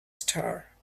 star